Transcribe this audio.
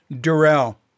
Durrell